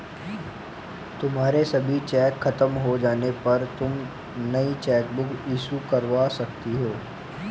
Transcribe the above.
तुम्हारे सभी चेक खत्म हो जाने पर तुम नई चेकबुक इशू करवा सकती हो